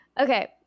Okay